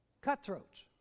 cutthroats